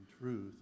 truth